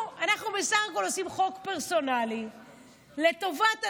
אנחנו בסך הכול עושים חוק פרסונלי לטובת אדם,